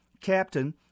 captain